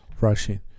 rushing